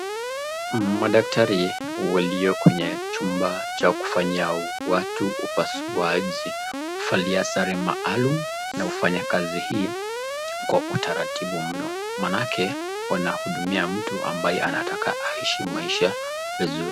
Madaktari walio kwenye chumba ya kufanyia watu upasuaji, huvalia sare maalum na hufanya kazi hii kwa utaratibu mno, maanake wanahudumia mtu ambaye anataka aishi maisha vizuri.